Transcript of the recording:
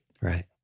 Right